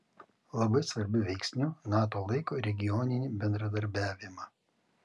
labai svarbiu veiksniu nato laiko regioninį bendradarbiavimą